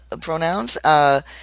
pronouns